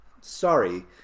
sorry